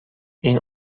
این